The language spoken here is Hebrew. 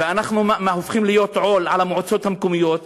ואנחנו הופכים להיות עול על המועצות המקומיות,